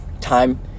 time